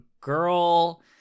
girl